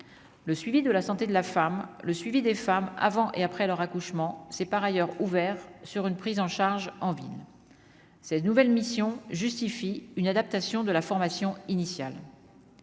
le suivi de la santé de la femme, le suivi des femmes avant et après leur accouchement s'est par ailleurs ouvert sur une prise en charge en ville cette nouvelle mission justifie une adaptation de la formation initiale,